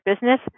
business